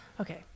Okay